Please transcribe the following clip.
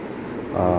err